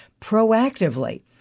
proactively